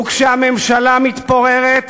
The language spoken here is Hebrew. וכשהממשלה מתפוררת,